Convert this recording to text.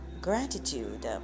gratitude